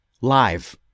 live